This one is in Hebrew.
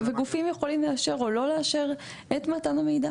וגופים יכולים לאשר או לא לאשר את מתן המידע.